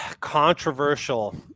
controversial